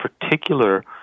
particular